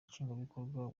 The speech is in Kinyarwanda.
nshingwabikorwa